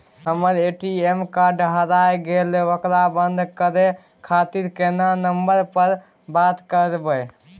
हमर ATM card हेराय गेले ओकरा बंद करे खातिर केना नंबर पर बात करबे?